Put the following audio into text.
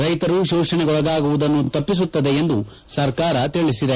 ರೈತರು ಶೋಷಣೆಗೊಳಗಾಗುವುದನ್ನು ತಪ್ಪಿಸುತ್ತದೆ ಎಂದು ಸರ್ಕಾರ ತಿಳಿಸಿದೆ